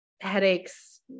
headaches